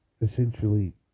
essentially